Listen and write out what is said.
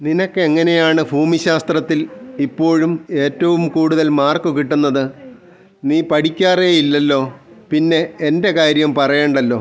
നിനക്കെങ്ങനെയാണ് ഭൂമിശാസ്ത്രത്തിൽ ഇപ്പോഴും ഏറ്റവും കൂടുതൽ മാർക്ക് കിട്ടുന്നത് നീ പഠിക്കാറേ ഇല്ലല്ലോ പിന്നെ എന്റെ കാര്യം പറയേണ്ടല്ലോ